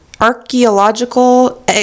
archaeological